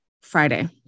Friday